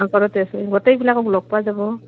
ঘৰতে আছে গোটেইবিলাকক লগ পোৱা যাব